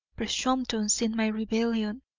presumptous in my rebellion,